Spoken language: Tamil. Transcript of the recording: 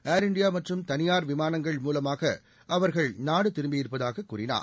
ஏர் இந்தியா மற்றும் தனியார் விமானங்கள் மூலமாக அவர்கள் நாடு திரும்பியிருப்பதாக அவர் கூறினார்